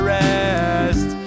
rest